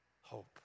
hope